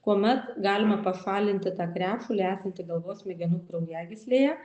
kuomet galima pašalinti tą krešulį esantį galvos smegenų kraujagyslėje